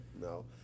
no